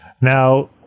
Now